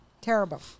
Terrible